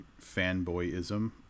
fanboyism